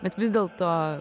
bet vis dėlto